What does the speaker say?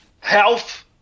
health